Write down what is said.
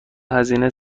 هزینه